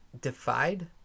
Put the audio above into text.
Defied